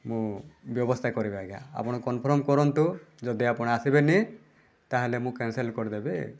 ମୁଁ ବ୍ୟବସ୍ଥା କରିବି ଆଜ୍ଞା ଆପଣ କନଫର୍ମ କରନ୍ତୁ ଯଦି ଆପଣ ଆସିବେନି ତା'ହେଲେ ମୁଁ କ୍ୟାନସଲ୍ କରିଦେବି